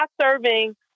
serving